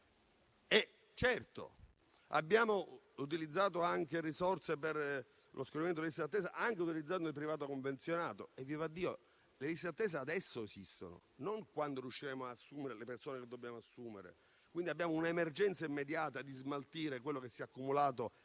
Certo, abbiamo utilizzato anche risorse per lo scorrimento delle liste d'attesa, anche ricorrendo al privato convenzionato; vivaddio, le liste d'attesa esistono adesso, non quando riusciremo ad assumere le persone che dobbiamo assumere. Quindi abbiamo un'emergenza immediata di smaltire quello che si è accumulato